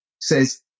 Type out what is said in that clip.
says